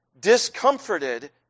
discomforted